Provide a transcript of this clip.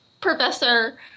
professor